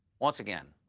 once again,